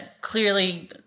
clearly